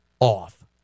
off